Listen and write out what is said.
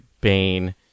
Bane